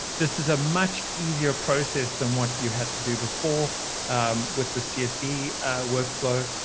this is a much easier process than what you had to do before with the csv workflow.